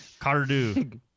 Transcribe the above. Cardu